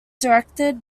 directed